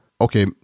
okay